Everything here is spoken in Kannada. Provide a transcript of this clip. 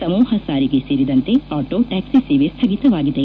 ಸಮೂಹ ಸಾರಿಗೆ ಸೇರಿದಂತೆ ಆಟೋ ಟ್ಯಾಕ್ಲಿ ಸೇವೆ ಸ್ಥಗಿತವಾಗಿದೆ